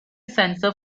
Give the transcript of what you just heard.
sensor